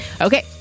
Okay